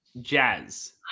Jazz